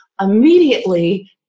immediately